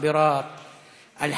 בעלות אורך הרוח,